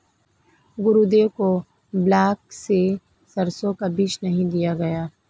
गुरुदेव को ब्लॉक से सरसों का बीज नहीं दिया गया